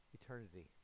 eternity